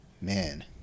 Man